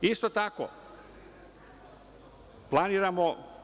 Isto tako planiramo…